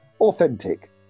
authentic